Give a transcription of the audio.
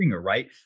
Right